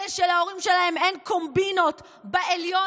אלה שלהורים שלהם אין קומבינות בעליון